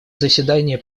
заседания